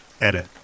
Edit